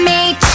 Meet